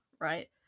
right